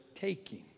taking